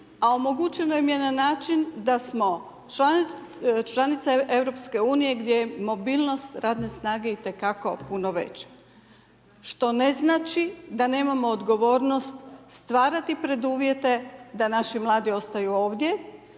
a omogućeno im je na način da smo članice EU gdje je mobilnost radne snage itekako puno veća. Što ne znači da nemamo odgovornost stvarati preduvjete da naši mladi ostaju ovdje.